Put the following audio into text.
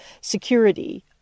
security